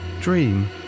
dream